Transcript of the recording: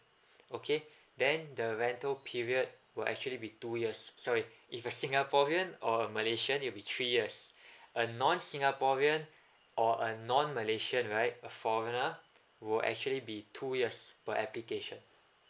okay then the rental period will actually be two years sorry if a singaporean or a malaysian it'll be three years a non singaporean or a non malaysian right a foreigner will actually be two years per application